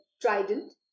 trident